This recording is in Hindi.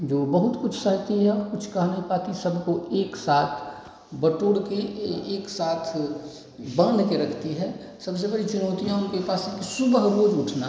जो बहुत कुछ सहती है कुछ कह नहीं पाती सबको एक साथ बटोर के एक साथ बाँध के रखती है सबसे पहले चुनौतियाँ उनके पास सुबह रोज उठना